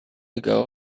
ago